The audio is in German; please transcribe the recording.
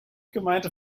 gemeinte